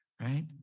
right